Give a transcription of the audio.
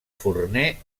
forner